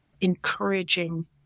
encouraging